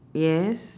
yes